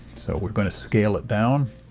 so we're going to scale it down.